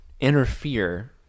interfere